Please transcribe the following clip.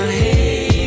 hey